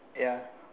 ya